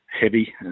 heavy